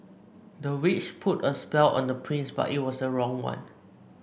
the witch put a spell on the prince but it was the wrong one